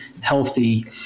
healthy